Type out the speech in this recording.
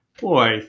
boy